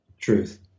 truth